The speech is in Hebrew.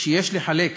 שיש להפריד